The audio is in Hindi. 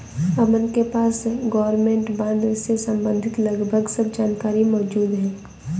अमन के पास गवर्मेंट बॉन्ड से सम्बंधित लगभग सब जानकारी मौजूद है